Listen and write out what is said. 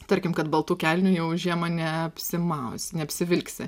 tarkim kad baltų kelnių jau žiemą neapsimausi neapsivilksi